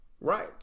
right